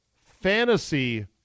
fantasy